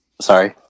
Sorry